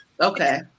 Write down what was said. okay